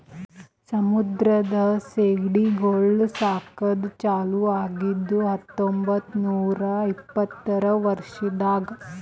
ಸಮುದ್ರದ ಸೀಗಡಿಗೊಳ್ ಸಾಕದ್ ಚಾಲೂ ಆಗಿದ್ದು ಹತೊಂಬತ್ತ ನೂರಾ ಇಪ್ಪತ್ತರ ವರ್ಷದಾಗ್